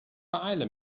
beeile